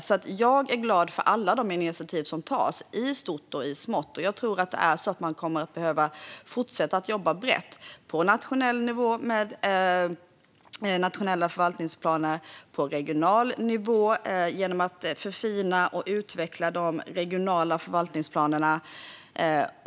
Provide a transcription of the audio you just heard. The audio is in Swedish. Jag är alltså glad för alla de initiativ som tas i stort och i smått, och jag tror att man kommer att behöva fortsätta att jobba brett på nationell nivå med nationella förvaltningsplaner och på regional nivå genom att förfina och utveckla de regionala förvaltningsplanerna.